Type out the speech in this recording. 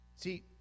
See